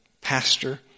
pastor